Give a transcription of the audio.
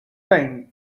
time